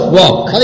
walk